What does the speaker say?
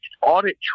audit